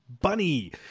Bunny